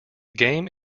game